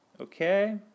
Okay